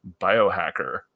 biohacker